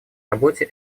работе